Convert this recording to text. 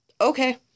okay